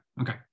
okay